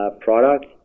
product